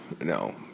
no